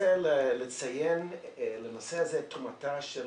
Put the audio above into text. רוצה לציין את תרומתה של